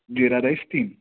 जिरा rice तीन